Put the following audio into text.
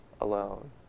alone